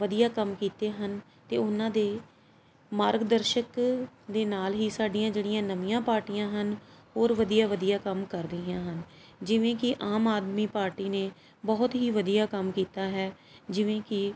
ਵਧੀਆ ਕੰਮ ਕੀਤੇ ਹਨ ਅਤੇ ਉਹਨਾਂ ਦੇ ਮਾਰਗਦਰਸ਼ਕ ਦੇ ਨਾਲ ਹੀ ਸਾਡੀਆਂ ਜਿਹੜੀਆਂ ਨਵੀਆਂ ਪਾਰਟੀਆਂ ਹਨ ਹੋਰ ਵਧੀਆ ਵਧੀਆ ਕੰਮ ਕਰ ਰਹੀਆਂ ਹਨ ਜਿਵੇਂ ਕਿ ਆਮ ਆਦਮੀ ਪਾਰਟੀ ਨੇ ਬਹੁਤ ਹੀ ਵਧੀਆ ਕੰਮ ਕੀਤਾ ਹੈ ਜਿਵੇਂ ਕਿ